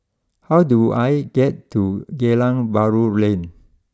how do I get to Geylang Bahru Lane